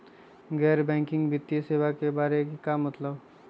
गैर बैंकिंग वित्तीय सेवाए के बारे का मतलब?